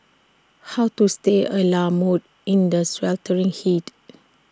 how to stay A la mode in the sweltering heat